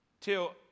till